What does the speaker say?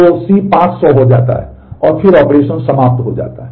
तो C 500 हो जाता है और फिर ऑपरेशन समाप्त हो जाता है